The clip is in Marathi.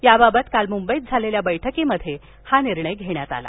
याबाबत काल मुंबईत झालेल्या बैठकीत हा निर्णय घेण्यात आला